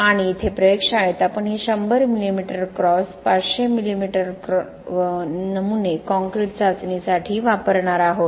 आणि इथे प्रयोगशाळेत आपण हे 100 mm क्रॉस 500 mm नमुने काँक्रीट चाचणीसाठी वापरणार आहोत